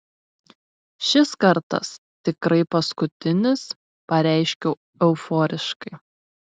šis kartas tikrai paskutinis pareiškiau euforiškai